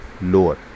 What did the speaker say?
lower